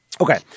okay